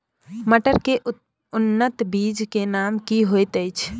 मटर के उन्नत बीज के नाम की होयत ऐछ?